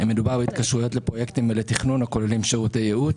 מדובר בהתקשרויות לפרויקטים ולתכנון הכוללים שירותי ייעוץ,